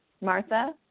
Martha